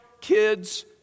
kids